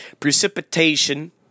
Precipitation